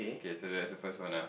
okay so that is the first one ah